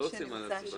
אלה הבהרות שהיה לי חשוב